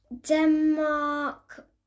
Denmark